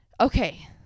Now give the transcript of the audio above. Okay